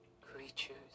creatures